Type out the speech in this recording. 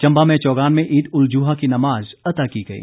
चंबा में चौगान में ईद उल जुहा की नमाज अता की गई